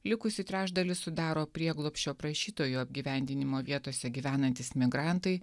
likusį trečdalį sudaro prieglobsčio prašytojų apgyvendinimo vietose gyvenantys migrantai